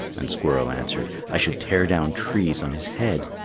and squirrel answered, i should tear down trees on his head.